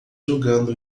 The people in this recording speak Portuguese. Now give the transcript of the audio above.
jogando